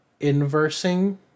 inversing